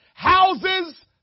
Houses